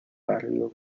barrio